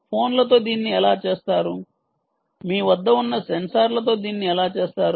ఫోన్లతో దీన్ని ఎలా చేస్తారు మీ వద్ద ఉన్న సెన్సార్లతో దీన్ని ఎలా చేస్తారు